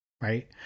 Right